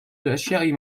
الأشياء